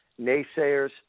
naysayers